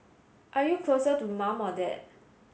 are you closer to mum or dad